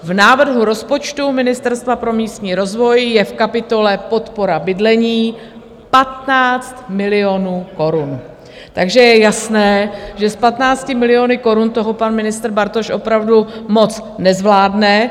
V návrhu rozpočtu Ministerstva pro místní rozvoj je v kapitole Podpora bydlení 15 milionů korun, takže je jasné, že s 15 miliony korun toho pan ministr Bartoš opravdu moc nezvládne.